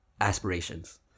aspirations